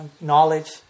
knowledge